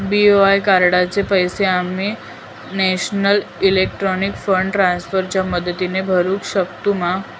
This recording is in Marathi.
बी.ओ.आय कार्डाचे पैसे आम्ही नेशनल इलेक्ट्रॉनिक फंड ट्रान्स्फर च्या मदतीने भरुक शकतू मा?